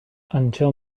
until